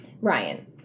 Ryan